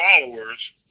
followers